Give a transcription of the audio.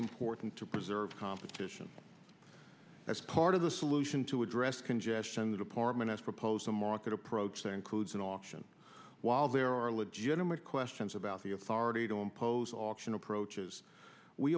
important to preserve competition as part of the solution to address congestion the department has proposed a market approach that includes an option while there are legitimate questions about the authority to impose auction approaches we